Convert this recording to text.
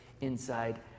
inside